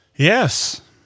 Yes